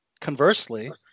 conversely